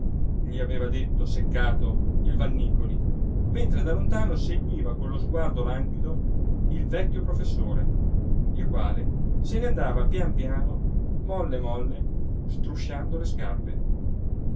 gli aveva detto seccato il vannícoli mentre da lontano seguiva con lo sguardo languido il vecchio professore il quale se ne andava pian piano molle molle strusciando le scarpe